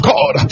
God